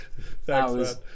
Thanks